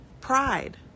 pride